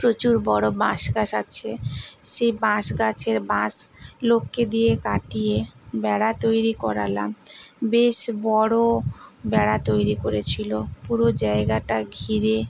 প্রচুর বড়ো বাঁশ গাছ আছে সেই বাঁশ গাছের বাঁশ লোককে দিয়ে কাটিয়ে বেড়া তৈরি করালাম বেশ বড়ো বেড়া তৈরি করেছিলো পুরো জায়গাটা ঘিরে